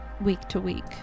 week-to-week